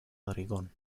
oregón